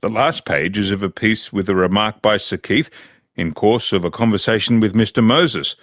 the last page is of a piece with a remark by sir keith in course of a conversation with mr moses